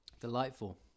Delightful